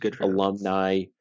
alumni